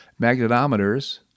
magnetometers